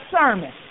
sermon